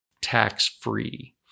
tax-free